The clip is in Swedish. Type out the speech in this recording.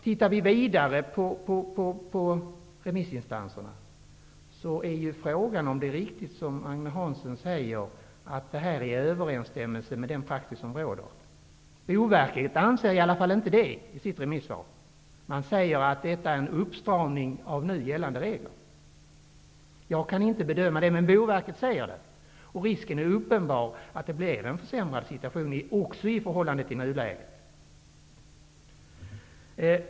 Tittar vi vidare på vad remissinstanserna säger, är det ju frågan om det är riktigt som Agne Hansson säger, att lagen är i överensstämmelse med den praxis som råder. I varje fall anser inte Boverket det i sitt remissvar. Verket framhåller att detta är en uppstramning av nu gällande regler. Jag kan inte bedöma det, men Boverket skriver så. Risken är uppenbar att det blir en försämrad situation också i förhållande till nuläget.